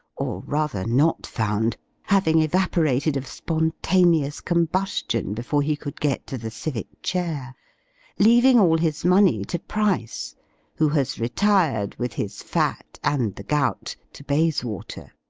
or rather not found having evaporated of spontaneous combustion, before he could get to the civic chair leaving all his money to price who has retired, with his fat and the gout, to bayswater.